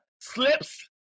slips